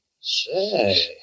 Say